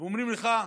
ואומרים לך: